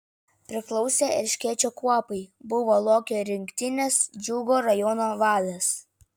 priklausė erškėčio kuopai buvo lokio rinktinės džiugo rajono vadas